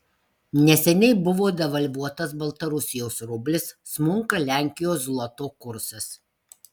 neseniai buvo devalvuotas baltarusijos rublis smunka lenkijos zloto kursas